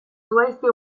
zuhaizti